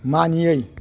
मानियै